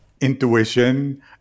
intuition